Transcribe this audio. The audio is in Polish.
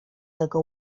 tego